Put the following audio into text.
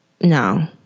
No